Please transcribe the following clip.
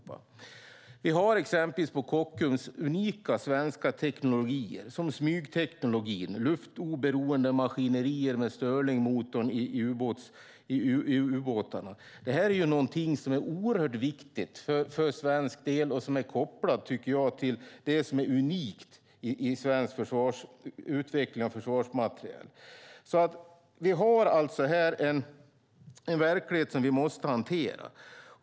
På exempelvis Kockums har vi unika svenska teknologier som smygteknologin och luftoberoende maskinerier med Stirlingmotorn i ubåtarna. Detta är mycket viktigt för svensk del och kopplat till det som är unikt i svensk utveckling av försvarsmateriel. Vi har här en verklighet som vi måste hantera.